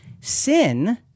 Sin